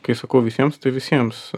kai sakau visiems tai visiems